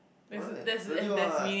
what really what